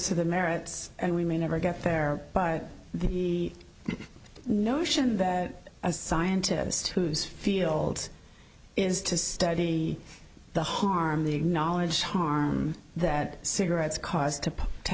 to the merits and we may never get there by the notion that as scientists whose field is to study the harm the acknowledged harm that cigarettes cause to